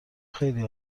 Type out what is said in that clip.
خیلی